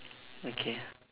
okay